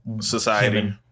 society